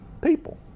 people